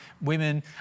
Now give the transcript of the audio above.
women